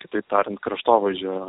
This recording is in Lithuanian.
kitaip tariant kraštovaizdžio